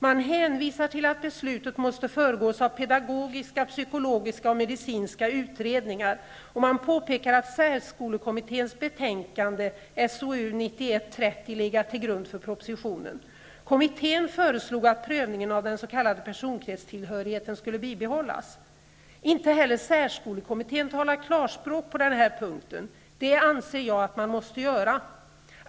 Man hänvisar till att beslutet måste föregås av pedagogiska, psykologiska och medicinska utredningar, och man påpekar att särskolekommitténs betänkande SOU 1991:30 har legat till grund för propositionen. Kommittén föreslog att prövningen av den s.k. Inte heller särskolekommittén talar klarspråk på den här punkten. Det anser jag att man måste göra.